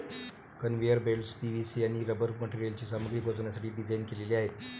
conveyor belts PVC आणि rubber मटेरियलची सामग्री पोहोचवण्यासाठी डिझाइन केलेले आहेत